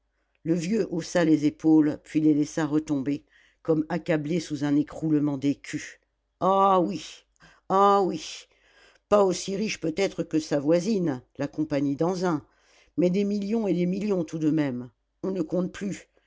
le vieux haussa les épaules puis les laissa retomber comme accablé sous un écroulement d'écus ah oui ah oui pas aussi riche peut-être que sa voisine la compagnie d'anzin mais des millions et des millions tout de même on ne compte plus